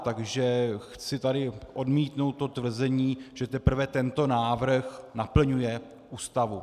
Takže chci tady odmítnout to tvrzení, že teprve tento návrh naplňuje Ústavu.